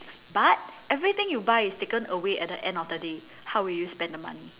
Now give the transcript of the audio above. but everything you buy is taken away at the end of the day how would you spend the money